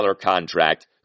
contract